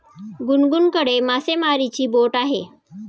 गुनगुनकडे मासेमारीची बोट आहे